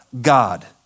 God